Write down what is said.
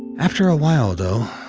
after a while, though,